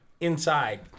inside